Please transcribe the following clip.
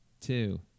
two